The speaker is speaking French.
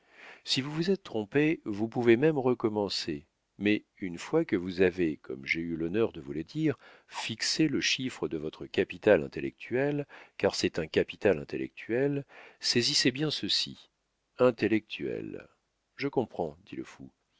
si vous vous êtes trompé vous pouvez même recommencer mais une fois que vous avez comme j'ai eu l'honneur de vous le dire fixé le chiffre de votre capital intellectuel car c'est un capital intellectuel saisissez bien ceci intellectuel je comprends dit le fou